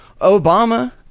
Obama